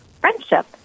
friendship